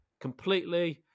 completely